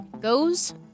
goes